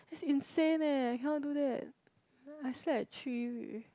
is insane eh I cannot do that I slept at three